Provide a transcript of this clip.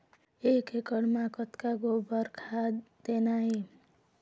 एक एकड़ म कतक गोबर खाद देना ये?